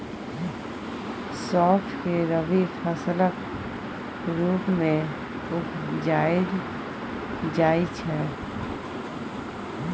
सौंफ केँ रबी फसलक रुप मे उपजाएल जाइ छै